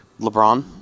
LeBron